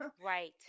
Right